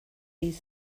sides